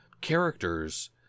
characters